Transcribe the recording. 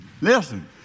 Listen